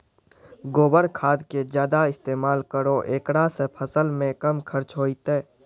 गोबर खाद के ज्यादा इस्तेमाल करौ ऐकरा से फसल मे कम खर्च होईतै?